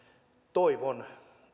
toivon